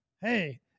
Hey